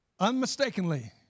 Unmistakenly